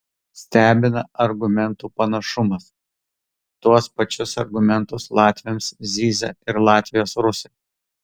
stebina argumentų panašumas tuos pačius argumentus latviams zyzia ir latvijos rusai